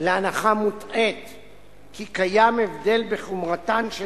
להנחה מוטעית כי קיים הבדל בחומרתן של